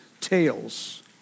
tales